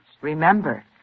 Remember